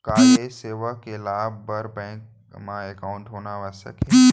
का ये सेवा के लाभ बर बैंक मा एकाउंट होना आवश्यक हे